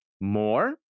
more